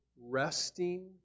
resting